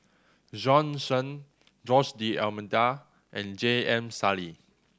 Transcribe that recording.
Bjorn Shen Jose D'Almeida and J M Sali